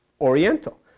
oriental